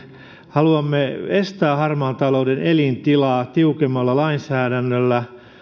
haluamme estää harmaan talouden elintilaa tiukemmalla lainsäädännöllä